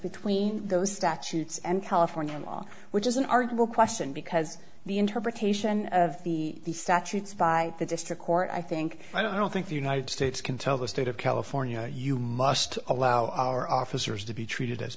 between those statutes and california law which is an article question because the interpretation of the statutes by the district court i think i don't think the united states can tell the state of california you must allow our officers to be treated as